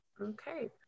Okay